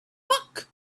book